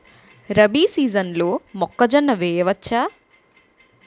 రబీ సీజన్లో మొక్కజొన్న వెయ్యచ్చా?